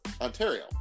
Ontario